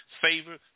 favor